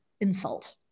insult